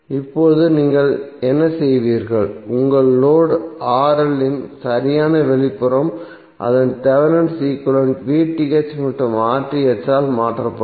இப்போது நீங்கள் என்ன செய்வீர்கள் உங்கள் லோடு இன் சரியான வெளிப்புறம் அதன் தேவெனின் ஈக்விவலெண்ட் மற்றும் ஆல் மாற்றப்படும்